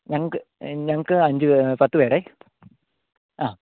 ഞങ്ങൾക്ക് ഞങ്ങൾക്ക് അഞ്ച് പത്തു പേരെ ആ